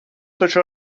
taču